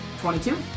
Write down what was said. Twenty-two